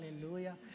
hallelujah